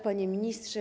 Pani Ministrze!